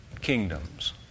kingdoms